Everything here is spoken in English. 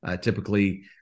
typically